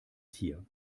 tier